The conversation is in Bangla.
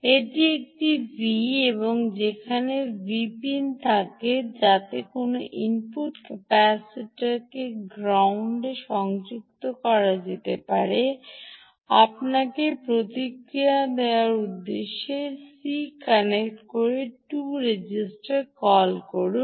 এটি একটি V¿ দিন সেখানে কোনও ভি পিন থাকবে যাতে কোনও ইনপুট ক্যাপাসিটারকে গ্রাউন্ডে সংযুক্ত করতে পারে আপনাকে প্রতিক্রিয়া দেওয়ার উদ্দেশ্যে এটি C¿ কানেক্ট 2 রেজিস্টার কল করুন